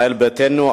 ישראל ביתנו,